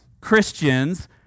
Christians